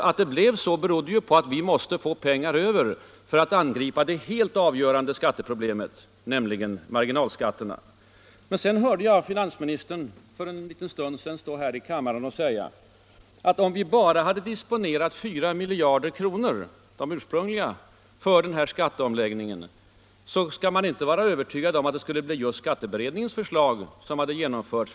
Att det blev så berodde ju på att vi måste få pengar över för att angripa det helt avgörande skatteproblemet, nämligen marginalskatterna. För en liten stund sedan tyckte jag mig höra finansministern här i kammaren säga att man inte kan vara övertygad om att just skatteutredningens förslag hade genomförts, om man bara disponerat 4 miljarder kronor, de ursprungliga, för skatteomläggningen.